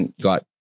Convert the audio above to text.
got